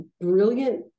brilliant